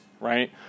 right